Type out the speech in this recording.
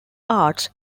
arts